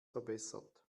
verbessert